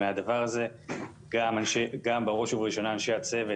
זה כולל בראש ובראשונה את אנשי הצוות,